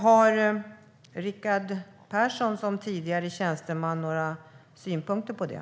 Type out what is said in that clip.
Har Rickard Persson som tidigare tjänsteman några synpunkter på det?